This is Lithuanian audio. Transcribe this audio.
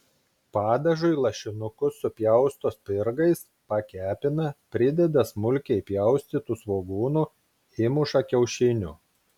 padažui lašinukus supjausto spirgais pakepina prideda smulkiai pjaustytų svogūnų įmuša kiaušinių